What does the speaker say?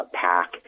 pack